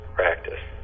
practice